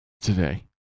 today